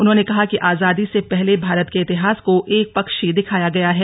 उन्होंने कहा कि आजादी से पहले भारत के इतिहास को एकपक्षीय दिखाया गया है